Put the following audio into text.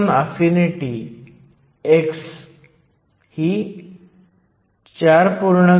तर तुमच्याकडे silicon ni जे 1010 cm 3 आहे